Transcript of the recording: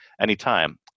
anytime